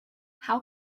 how